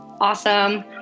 awesome